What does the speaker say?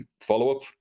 follow-up